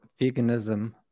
veganism